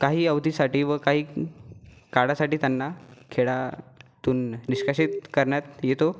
काही अवधीसाठी व काही काळासाठी त्यांना खेळातून निष्कासित करण्यात येते